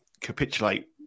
capitulate